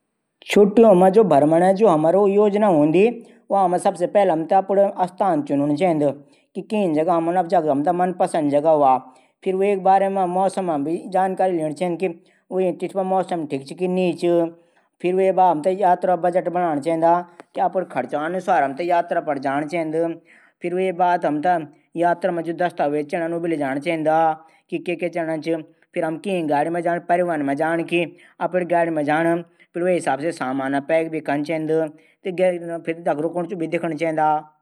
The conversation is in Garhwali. छुट्टियों मा भ्रमण हमरी जु योजना हूंदी। वां मा सबसे पैली हमथे स्थान चुनण चैद। कि जगल जू हमथै मनपसंद जगह वा। जख जाणा छा वख मौसम बारा मा पता कन चैंद। यात्रा बजट बणान चैंद। यात्रा दस्तावेज पूरा हूण चैंद। फिर किं गाडी मा जान अपडि गाडी या परिवहन गाडी मा जाण। आदि